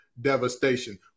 devastation